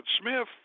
Smith